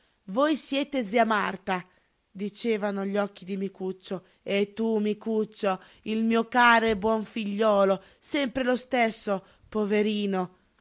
voi siete zia marta dicevano gli occhi di micuccio e tu micuccio il mio caro e buon figliuolo sempre lo stesso poverino